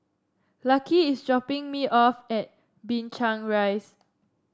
Lucky is dropping me off at Binchang Rise